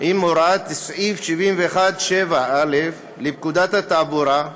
עם הוראות סעיף 71(7א) לפקודת התעבורה,